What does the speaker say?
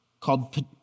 called